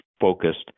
focused